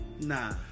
nah